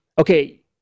okay